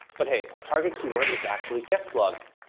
but hey, our target keyword is actually guest blogging,